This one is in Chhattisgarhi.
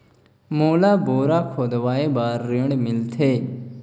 मोला बोरा खोदवाय बार ऋण मिलथे?